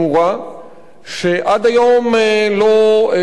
שעד היום לא שוקמו נזקיה,